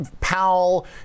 Powell